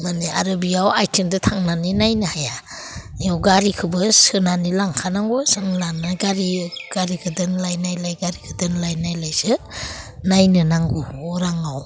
माने आरो बेयाव आथिंजों थांनानै नायनो हाया इयाव गारिखौबो सोनानै लांखानांगौ जों लांनाय गारि गारिखौ दोनलाय नायलाय गारिखौ दोनलाय नायलायसो नायनो नांगौ अराङाव